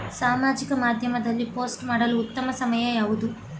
ಸಾಮಾಜಿಕ ಮಾಧ್ಯಮದಲ್ಲಿ ಪೋಸ್ಟ್ ಮಾಡಲು ಉತ್ತಮ ಸಮಯ ಯಾವುದು?